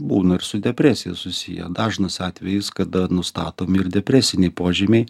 būna ir su depresija susiję dažnas atvejis kada nustatomi ir depresiniai požymiai